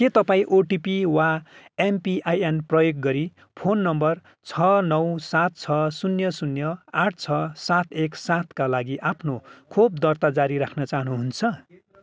के तपाईँँ ओटिपी वा एमपिआईएन प्रयोग गरी फोन नम्बर छ नौ सात छ शून्य शून्य आठ छ सात एक सातका लागि आफ्नो खोप दर्ता जारी राख्न चाहनुहुन्छ